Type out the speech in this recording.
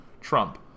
Trump